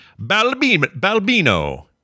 Balbino